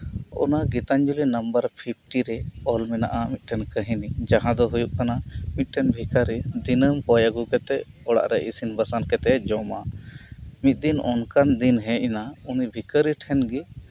ᱚᱱᱟ Gitanjali number fifty ᱨᱮ ᱚᱞ ᱢᱮᱱᱟᱜ ᱟ ᱢᱤᱫᱴᱟᱝ ᱠᱟᱹᱦᱤᱱᱤ ᱡᱟᱦᱟᱸ ᱫᱚ ᱦᱩᱭᱩᱜ ᱠᱟᱱᱟ ᱢᱤᱫᱴᱮᱱ ᱵᱷᱤᱠᱟᱨᱤ ᱫᱤᱱᱟᱹᱢ ᱠᱚᱭ ᱟᱹᱜᱩ ᱠᱟᱛᱮᱜ ᱚᱲᱟᱜ ᱨᱮ ᱤᱥᱤᱱ ᱵᱟᱥᱟᱝ ᱠᱟᱛᱮᱭ ᱡᱚᱢᱟ ᱢᱤᱫᱫᱤᱱ ᱚᱱᱠᱟᱱ ᱫᱤᱱ ᱦᱮᱡ ᱮᱱᱟ ᱩᱱᱤ ᱵᱷᱤᱠᱟᱨᱤ ᱴᱷᱮᱱ ᱜᱤ